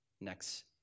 next